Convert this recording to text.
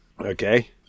Okay